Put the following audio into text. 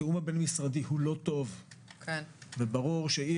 התיאום הבין משרדי הוא לא טוב וברור שאי